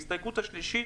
ההסתייגות השלישית,